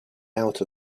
out